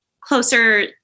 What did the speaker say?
closer